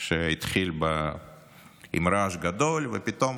שהתחיל ברעש גדול ופתאום,